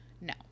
No